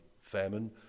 famine